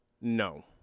No